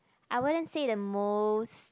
I wouldn't say the most